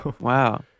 wow